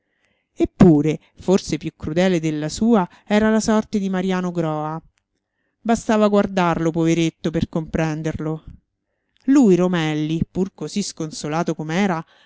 eppure forse più crudele della sua era la sorte di mariano groa bastava guardarlo poveretto per comprenderlo lui romelli pur così sconsolato